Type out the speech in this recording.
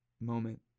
moment